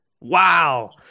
Wow